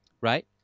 right